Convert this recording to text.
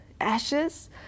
ashes